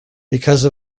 because